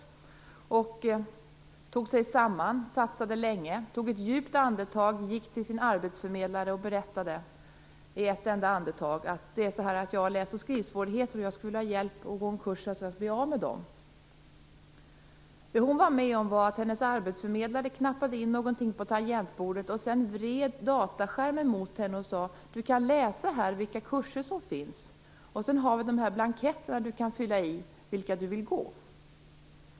Hon tog sig samman, satsade länge, och tog ett djupt andetag. Hon gick till sin arbetsförmedlare och berättade i ett enda andetag: Det är så att jag har läs och skrivsvårigheter. Jag skulle vilja ha hjälp att gå en kurs för att bli av med dem. Det hon var med om var att hennes arbetsförmedlare knappade in någonting på tangentbordet och sedan vred dataskärmen mot henne och sade: Du kan läsa här vilka kurser som finns. Sedan har vi de här blanketterna där du kan fylla i vilka du vill gå.